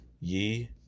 ye